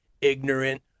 ignorant